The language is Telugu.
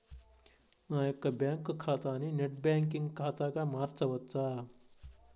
నా యొక్క బ్యాంకు ఖాతాని నెట్ బ్యాంకింగ్ ఖాతాగా మార్చవచ్చా?